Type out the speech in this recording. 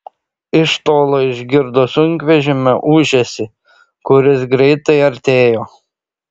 iš tolo išgirdo sunkvežimio ūžesį kuris greitai artėjo